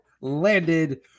landed